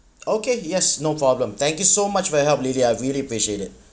okay yes no problem thank you so much for your help lady I really appreciated